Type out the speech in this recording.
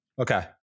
Okay